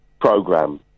program